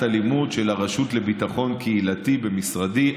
אלימות של הרשות לביטחון קהילתי במשרדי,